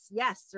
yes